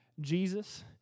Jesus